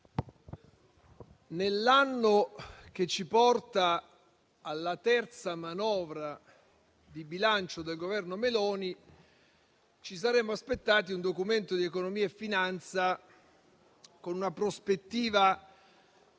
nell'anno che ci porta alla terza manovra di bilancio del Governo Meloni ci saremmo aspettati un Documento di economia e finanza con una prospettiva